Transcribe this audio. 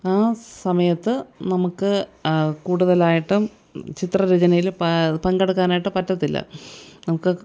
ആ സമയത്ത് നമുക്ക് കൂടുതലായിട്ടും ചിത്രരചനയിൽ പങ്കെടുക്കാനായിട്ട് പറ്റത്തില്ല നമുക്ക്